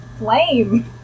lame